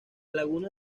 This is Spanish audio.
laguna